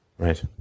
Right